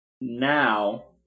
Now